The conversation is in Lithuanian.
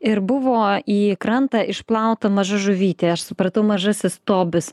ir buvo į krantą išplauta maža žuvytė aš supratau mažasis tobis